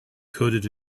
coded